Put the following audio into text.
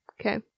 Okay